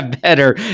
better